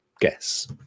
guess